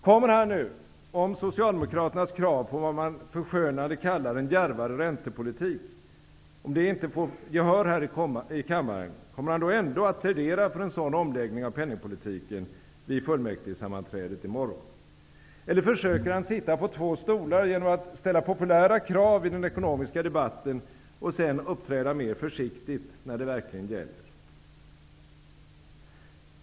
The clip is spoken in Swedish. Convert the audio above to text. Kommer han, om Socialdemokraternas krav på vad man förskönande kallar en djärvare räntepolitik inte får gehör här i kammaren, ändå att plädera för en sådan omläggning av penningpolitiken vid fullmäktigesammanträdet i morgon? Eller försöker han sitta på två stolar genom att ställa populära krav i den ekonomiska debatten och sedan uppträda mer försiktigt när det verkligen gäller?